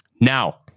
Now